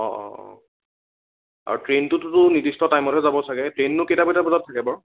অ' অ' অ' আৰু ট্ৰেনটোতো নিৰ্দিষ্ট টাইমতহে যাব ছাগে ট্ৰেইননো কেইটা কেইটা বজাত থাকে বাৰু